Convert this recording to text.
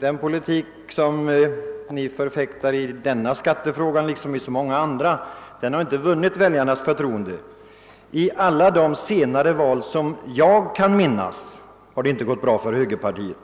den politik som ert parti förfäktat i denna skattefråga liksom i så många andra frågor inte har vunnit väljarnas förtroende. I alla de senare val som jag kan minnas har det inte gått bra för högerpartiet.